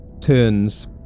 turns